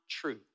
true